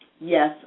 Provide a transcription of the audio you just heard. Yes